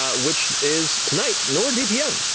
ah which is tonight nordvpn,